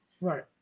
right